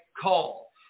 call